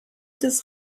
des